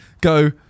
go